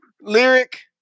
lyric